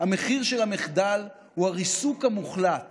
המחיר של המחדל הוא הריסוק המוחלט